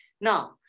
Now